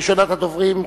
ראשונת הדוברים,